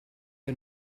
que